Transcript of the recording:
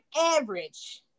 average